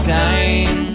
time